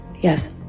Yes